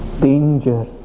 Danger